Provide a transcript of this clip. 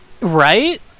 Right